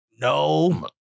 No